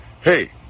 Hey